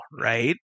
right